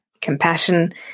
compassion